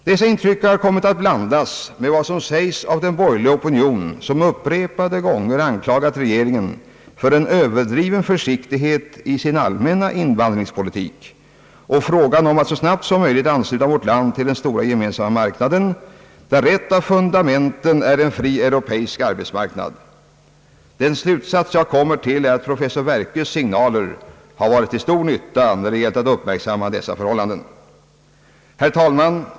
Dessa intryck har kommit att blandas med vad som sägs av den borgerliga opinion vilken upprepade gånger anklagat regeringen för en överdriven försiktighet i sin invandringspolitik och vad som sägs i frågan om att så snabbt som möjligt ansluta vårt land till den stora gemensamma marknaden, där ett av fundamenten är en fri europeisk arbetsmarknad. Den slutsats jag kommer till är att professor Werkös signaler har varit till stor nytta när det gällt att uppmärksamma dessa förhållanden. Herr talman!